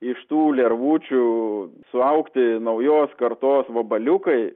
iš tų lervučių suaugti naujos kartos vabaliukai